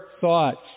thoughts